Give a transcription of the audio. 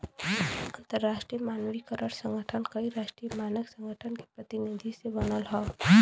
अंतरराष्ट्रीय मानकीकरण संगठन कई राष्ट्रीय मानक संगठन के प्रतिनिधि से बनल हौ